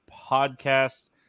podcast